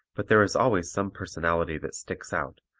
but there is always some personality that sticks out,